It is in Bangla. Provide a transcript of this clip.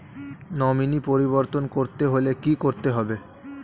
নমিনি পরিবর্তন করতে হলে কী করতে হবে?